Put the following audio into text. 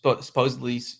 supposedly